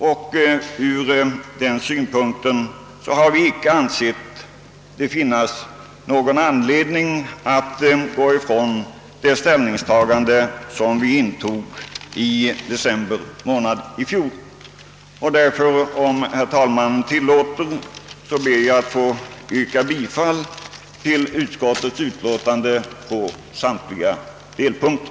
Från den synpunkten har vi inte ansett det finnas någon anledning att gå ifrån vårt ställningstagande i december månad i fjol. Om herr talmannen tillåter, ber jag därför att få yrka bifall till utskottets hemställan på samtliga delpunkter.